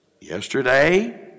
Yesterday